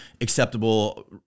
acceptable